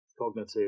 cognitive